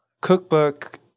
cookbook